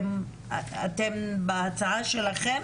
אתן בהצעה שלכן